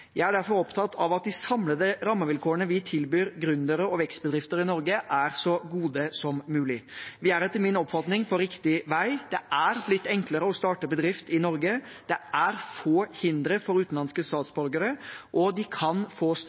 Jeg er derfor opptatt av at de samlede rammevilkårene vi tilbyr gründere og vekstbedrifter i Norge, er så gode som mulig. Vi er etter min oppfatning på riktig vei. Det er blitt enklere å starte bedrift i Norge. Det er få hindre for utenlandske statsborgere, og de kan få